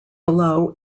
below